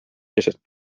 keset